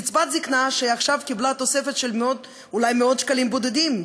קצבת הזיקנה עכשיו קיבלה תוספת של אולי מאות שקלים בודדים,